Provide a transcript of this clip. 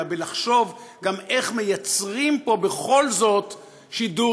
אלא בלחשוב גם איך מייצרים פה בכל זאת שידור